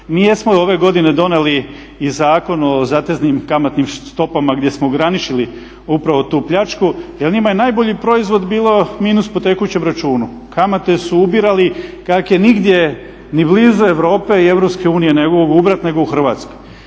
Mi jesmo ove godine donijeli i Zakon o zateznim kamatnim stopama gdje smo ograničili upravu tu pljačku, jer njima je najbolji proizvod bilo minus po tekućem računu. Kamate su ubirali kake nigdje ni blizu Europe i EU ne mogu ubrat nego u Hrvatskoj.